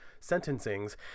sentencings